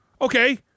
Okay